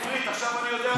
עכשיו אני יודע רוסית.